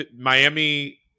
Miami